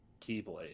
keyblade